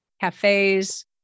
cafes